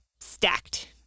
stacked